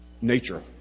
nature